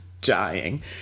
dying